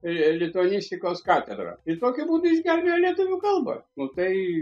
li lituanistikos katedrą ir tokiu būdu išgelbėjo lietuvių kalbą nu tai